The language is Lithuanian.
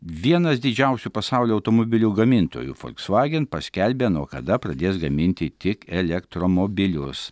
vienas didžiausių pasaulio automobilių gamintojų folksvagen paskelbė nuo kada pradės gaminti tik elektromobilius